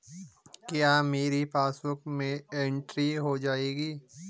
क्या मेरी पासबुक में एंट्री हो जाएगी?